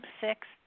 six